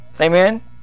Amen